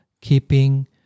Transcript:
keeping